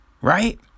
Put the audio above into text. Right